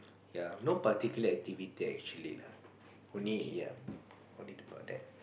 yea no particular activity actually only only about that